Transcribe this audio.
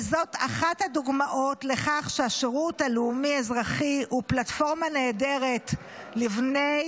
וזאת אחת הדוגמאות לכך שהשירות הלאומי-אזרחי הוא פלטפורמה נהדרת לבני